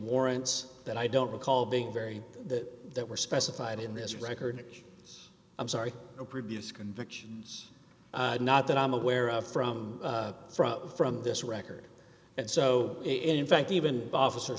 warrants that i don't recall being very that that were specified in this record i'm sorry no previous convictions not that i'm aware of from from from this record and so in fact even